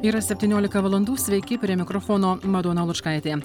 yra septyniolika valandų sveiki prie mikrofono madona lučkaitė